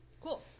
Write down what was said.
Cool